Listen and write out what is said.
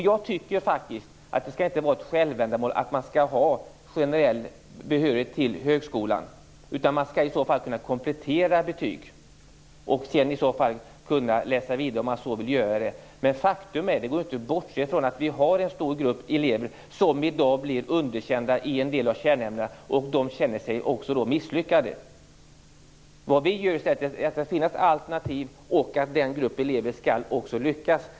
Jag tycker faktiskt att det inte skall vara ett självändamål att ha generell behörighet till högskolan, utan man skall i så fall kunna komplettera sina betyg och sedan läsa vidare om man så vill. Faktum är - det går inte att bortse ifrån - att vi har en stor grupp elever som i dag blir underkända i en del av kärnämnena. De känner sig misslyckade. Vi menar att det skall finnas alternativ och att också den gruppen elever skall kunna lyckas.